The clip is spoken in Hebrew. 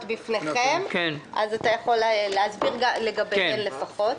בפניכם אז אתה יכול להסביר לגביהן לפחות.